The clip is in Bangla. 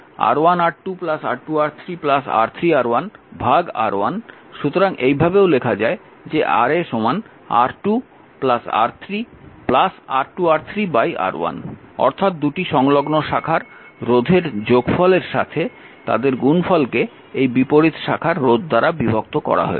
আরেকটি উপায় হল যেহেতু Ra R1R2 R2R3 R3R1 R1 সুতরাং এই ভাবেও লেখা যায় যে Ra R2 R3 R2R3 R1 অর্থাৎ দুটি সংলগ্ন শাখার রোধের যোগফলের সাথে তাদের গুণফলকে এই বিপরীত শাখার রোধ দ্বারা বিভক্ত করা হয়েছে